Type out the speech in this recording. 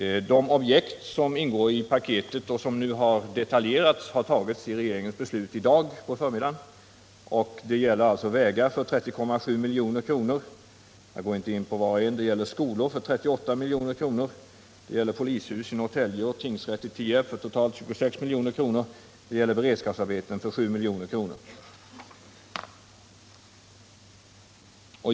De objekt som ingår i paketet och som nu har detaljerats omfattas av regeringens beslut i dag på förmiddagen. Det gäller vägar för 30,7 milj.kr. Jag går inte in på detaljer. Det gäller skolor för 38 milj.kr., polishus i Norrtälje och tingsrätt i Tierp för totalt 26 milj.kr. samt beredskapsarbeten för 7 milj.kr.